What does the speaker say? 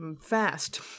fast